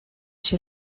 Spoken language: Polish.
się